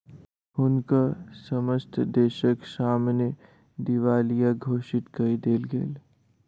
हुनका समस्त देसक सामने दिवालिया घोषित कय देल गेल